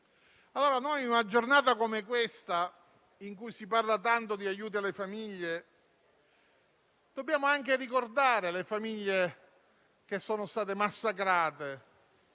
in una giornata come questa, in cui si parla tanto di aiuti alle famiglie, dobbiamo anche ricordare quelle che sono state massacrate